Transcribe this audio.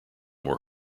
were